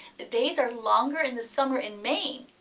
the days are longer in the summer in maine,